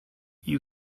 you